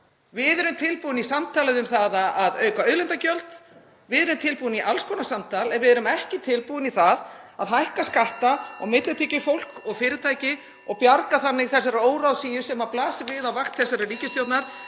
Við erum tilbúin í samtalið um að hækka auðlindagjöld. Við erum tilbúin í alls konar samtal en við erum ekki tilbúin í það að hækka skatta (Forseti hringir.) á millitekjufólk og fyrirtæki og bjarga þannig þessari óráðsíu sem blasir við á vakt þessarar ríkisstjórnar.